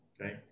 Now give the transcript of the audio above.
Okay